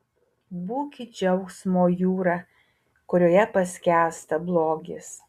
būkit džiaugsmo jūra kurioje paskęsta blogis